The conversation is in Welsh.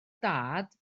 dad